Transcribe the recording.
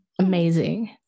amazing